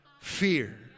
fear